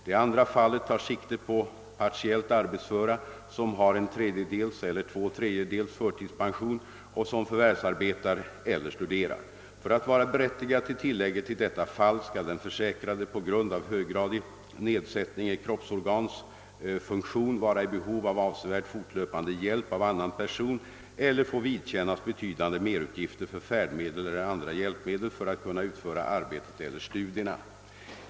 Det andra fallet tar sikte på partiellt arbetsföra, som har en tredjedels eller två tredjedels förtidspension och som förvärvsarbetar eller studerar. För att vara berättigad till tillägget i detta fall skall den försäkrade på grund av höggradig nedsättning i kroppsorgans funktion vara i behov av avsevärd fortlöpande hjälp av annan person eller få vidkännas betydande merutgifter för färdmedel eller andra hjälpmedel för att kunna utföra arbetet eller studierna.